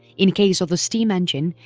in case of the steam engine,